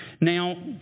Now